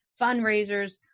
fundraisers